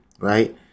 right